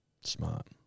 Smart